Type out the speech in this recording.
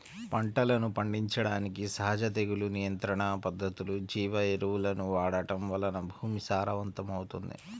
పంటలను పండించడానికి సహజ తెగులు నియంత్రణ పద్ధతులు, జీవ ఎరువులను వాడటం వలన భూమి సారవంతమవుతుంది